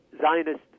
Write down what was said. Zionist